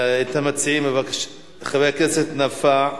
חבר הכנסת נפאע,